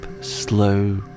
slow